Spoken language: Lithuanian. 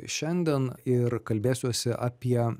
šiandien ir kalbėsiuosi apie